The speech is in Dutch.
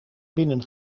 binnen